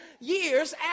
years